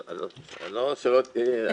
בוודאי.